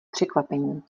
překvapení